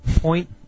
Point